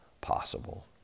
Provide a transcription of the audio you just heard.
possible